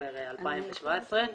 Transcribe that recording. בספטמבר 2017,